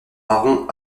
marron